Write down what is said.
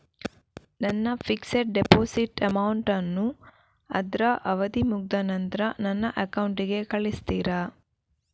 ನನ್ನ fixed deposit amount ಅನ್ನು ಅದ್ರ ಅವಧಿ ಮುಗ್ದ ನಂತ್ರ ನನ್ನ ಅಕೌಂಟ್ ಗೆ ಕಳಿಸ್ತೀರಾ?